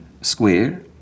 Square